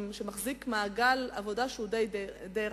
וזה מחזיק מעגל עבודה די רחב.